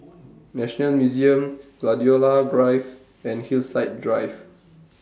National Museum Gladiola Drive and Hillside Drive